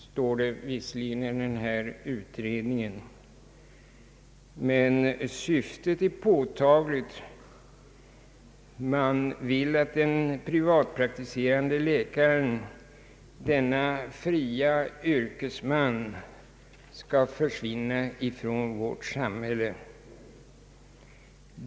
Syftet är dock påtagligt: Man vill att den privatpraktiserande läkaren, denne frie yrkesman, skall försvinna från vårt samhälle.